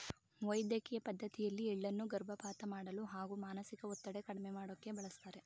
ವೈದ್ಯಕಿಯ ಪದ್ಡತಿಯಲ್ಲಿ ಎಳ್ಳನ್ನು ಗರ್ಭಪಾತ ಮಾಡಲು ಹಾಗೂ ಮಾನಸಿಕ ಒತ್ತಡ ಕಡ್ಮೆ ಮಾಡೋಕೆ ಬಳಸ್ತಾರೆ